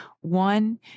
One